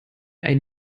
ein